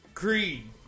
Creed